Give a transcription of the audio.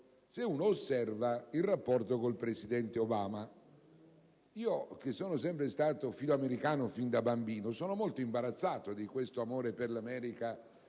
se si osserva il rapporto con il presidente Obama. Io, che sono sempre stato filoamericano, fin da bambino, sono molto imbarazzato di questo amore verso gli